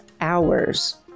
hours